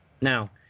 Now